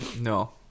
No